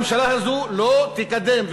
הממשלה הזאת לא תקדם,